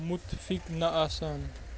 مُتفِق نہٕ آسان